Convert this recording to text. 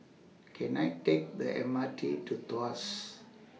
Can I Take The M R T to Tuas